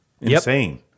Insane